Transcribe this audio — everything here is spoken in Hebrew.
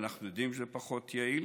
שאנחנו יודעים שזה פחות יעיל.